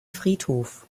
friedhof